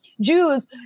Jews